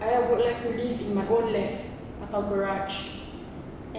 I would like to live in my own lab atau garage